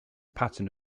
pattern